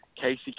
Casey